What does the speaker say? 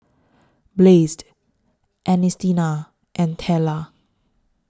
Blaze Ernestina and Tella